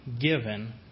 given